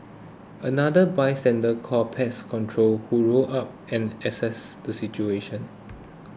another by sender called pest control who rolled up and assessed the situation